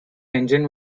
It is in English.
engine